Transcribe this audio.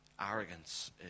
Arrogance